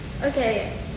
Okay